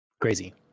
Crazy